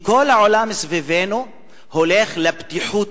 כי כל העולם סביבנו הולך יותר לפתיחות,